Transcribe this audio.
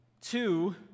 two